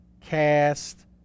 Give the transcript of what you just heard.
cast